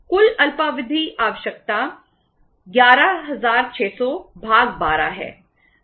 कुल अल्पकालिक आवश्यकता 11600 भाग 12 है